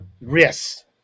Yes